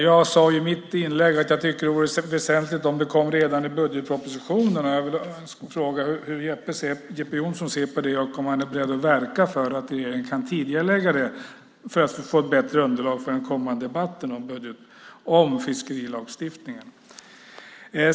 Jag sade i mitt inlägg att jag tycker att det vore väsentligt om det kommer redan i budgetpropositionen, och jag vill fråga hur Jeppe Johnsson ser på det och om han är beredd att verka för att regeringen kan tidigarelägga det för att få ett bättre underlag för den kommande debatten om fiskerilagstiftningen.